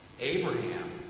Abraham